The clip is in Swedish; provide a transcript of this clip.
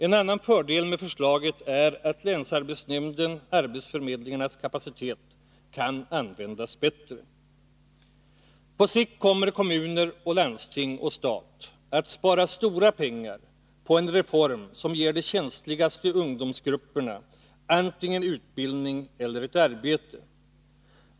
En annan fördel med förslaget är att länsarbetsnämndens och arbetsförmedlingarnas kapacitet kan användas bättre. På sikt kommer kommuner, landsting och stat att spara stora pengar på en reform som ger de känsligaste ungdomsgrupperna antingen utbildning eller arbete.